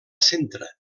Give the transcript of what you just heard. centre